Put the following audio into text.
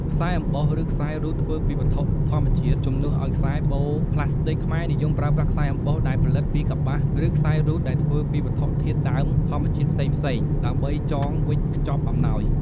ខ្សែអំបោះ ឬខ្សែរូតធ្វើពីវត្ថុធម្មជាតិ ជំនួសឱ្យខ្សែបូផ្លាស្ទិក ខ្មែរនិយមប្រើប្រាស់ខ្សែអំបោះដែលផលិតពីកប្បាស ឬខ្សែរូតដែលធ្វើពីវត្ថុធាតុដើមធម្មជាតិផ្សេងៗ ដើម្បីចងវេចខ្ចប់អំណោយ។